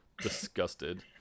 disgusted